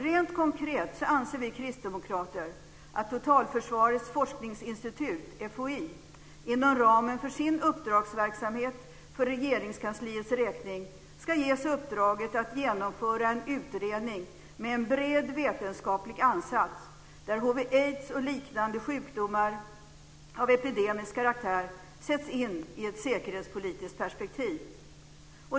Rent konkret anser vi kristdemokrater att Totalförsvarets forskningsinstitut, FOI, inom ramen för sin uppdragsverksamhet för Regeringskansliets räkning ska ges uppdraget att genomföra en utredning med en bred vetenskaplig ansats där hiv/aids och liknande sjukdomar av epidemisk karaktär sätts in i ett säkerhetspolitiskt perspektiv.